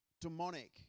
demonic